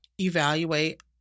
evaluate